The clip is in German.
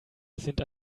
sind